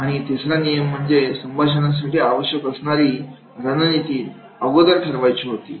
आणि तिसरा नियम म्हणजे संभाषणासाठी आवश्यक असणारी रणनीती अगोदर ठरवायची होती